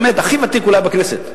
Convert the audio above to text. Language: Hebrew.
באמת הכי ותיק אולי בכנסת,